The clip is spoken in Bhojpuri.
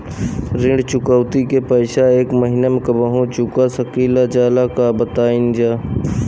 ऋण चुकौती के पैसा एक महिना मे कबहू चुका सकीला जा बताईन जा?